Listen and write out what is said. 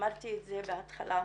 אמרתי את זה בהתחלה,